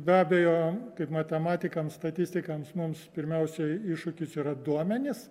be abejo kaip matematikam statistikams mums pirmiausiai iššūkis yra duomenys